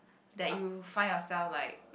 that you find yourself like